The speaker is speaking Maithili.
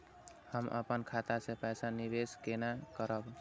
हम अपन खाता से पैसा निवेश केना करब?